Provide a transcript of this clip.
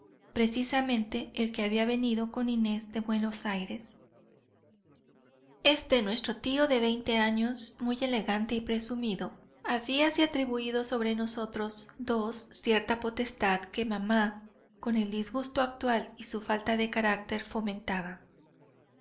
precisamente el que había venido con inés de buenos aires este nuestro tío de veinte años muy elegante y presumido habíase atribuído sobre nosotros dos cierta potestad que mamá con el disgusto actual y su falta de carácter fomentaba